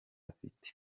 afite